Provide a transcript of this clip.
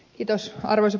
arvoisa puhemies